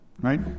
Right